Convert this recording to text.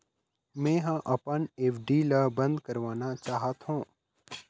मै ह अपन एफ.डी ला अब बंद करवाना चाहथों